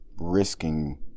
risking